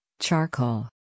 charcoal